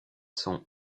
sont